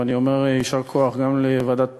ואני אומר יישר כוח גם לוועדת פרי,